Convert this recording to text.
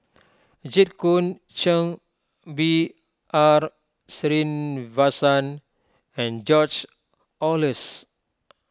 Jit Koon Ch'ng B R Sreenivasan and George Oehlers